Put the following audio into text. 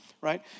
right